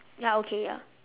ya okay ya